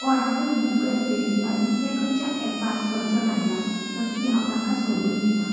कोणाकूय Google Pay वा दुसऱ्या खंयच्याय एपांत अडचण आयल्या तर ती हांव तांकां सोडोवन दितां